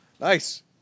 Nice